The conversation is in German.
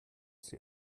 sie